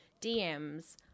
DMs